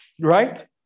right